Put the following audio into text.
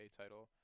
title